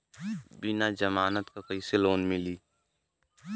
बिना जमानत क कइसे लोन मिली?